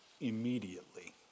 immediately